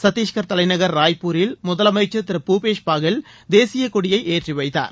சத்தீஸ்கர் தலைநகர் ராய்பூரில் முதலமைச்சர் திரு பூபேஷ் பாகெல் தேசியக்கொடியை ஏற்றி வைத்தார்